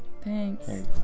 Thanks